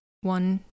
one